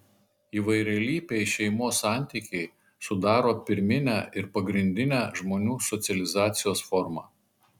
įvairialypiai šeimos santykiai sudaro pirminę ir pagrindinę žmonių socializacijos formą